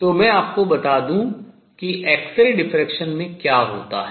तो मैं आपको बता दूं कि एक्स रे विवर्तन में क्या होता है